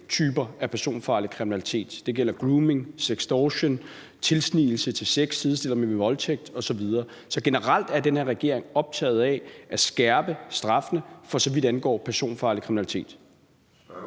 typer af personfarlig kriminalitet; det gælder grooming og sextortion, og tilsnigelse til sex sidestiller vi med voldtægt osv. Så generelt er den her regering optaget af at skærpe straffene, for så vidt angår personfarlig kriminalitet.